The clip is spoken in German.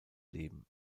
leben